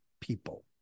people